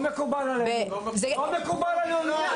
לא מקובל עלינו.